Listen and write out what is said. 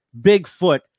Bigfoot